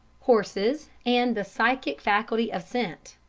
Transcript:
horses and the psychic faculty of scent